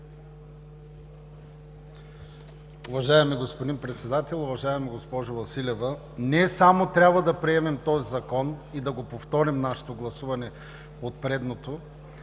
Уважаеми господин Председател! Уважаема госпожо Василева, не само трябва да приемем този закон и да повторим нашето гласуване от предното,